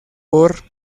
por